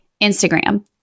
Instagram